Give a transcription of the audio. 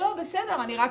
אני רק